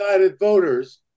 ...voters